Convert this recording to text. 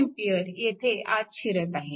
9A येथे आत शिरत आहे